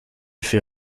fait